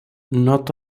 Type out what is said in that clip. not